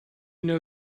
know